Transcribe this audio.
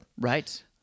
right